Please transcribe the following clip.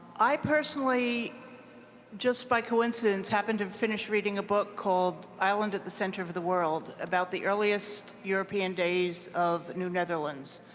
i personally just by coincidence happened to finish reading a book called island at the center of of the world about the earliest european days of new netherlands,